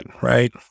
right